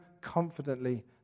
confidently